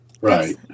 Right